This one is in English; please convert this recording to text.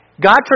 God